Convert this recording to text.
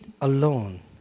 alone